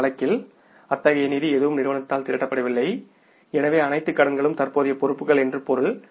இந்த வழக்கில் அத்தகைய நிதி எதுவும் நிறுவனத்தால் திரட்டப்படவில்லை எனவே அனைத்து கடன்களும் தற்போதைய பொறுப்புகள் என்று பொருள்